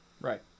Right